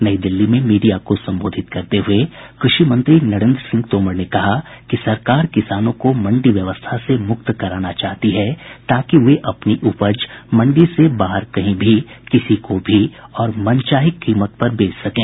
नई दिल्ली में मीडिया को संबोधित करते हुए कृषि मंत्री नरेन्द्र सिंह तोमर ने कहा कि सरकार किसानों को मंडी व्यवस्था से मुक्त कराना चाहती है ताकि वे अपनी उपज मंडी से बाहर कहीं भी किसी को भी और मनचाही कीमत पर बेच सकें